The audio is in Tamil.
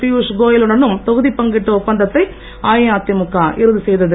பியூஷ் கோயல் உடனும் தொகுதிப் பங்கீட்டு ஒப்பந்தத்தை அஇஅதிமுக இறுதி செய்தது